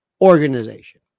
organization